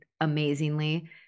amazingly